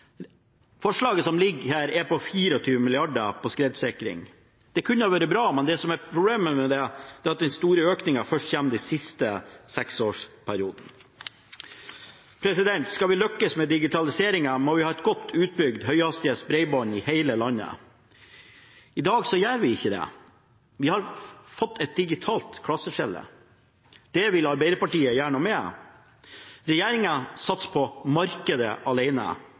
Forslaget som foreligger her, er 24 mrd. kr til skredsikring. Det kunne vært bra, men problemet med det er at den store økningen først kommer i den siste seksårsperioden. Skal vi lykkes med digitalisering, må vi ha godt utbygd høyhastighetsbredbånd i hele landet. I dag har vi ikke det. Vi har fått et digitalt klasseskille, det vil Arbeiderpartiet gjøre noe med. Regjeringen satser på at markedet